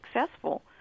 successful